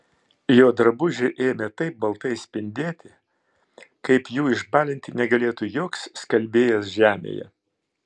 jo drabužiai ėmė taip baltai spindėti kaip jų išbalinti negalėtų joks skalbėjas žemėje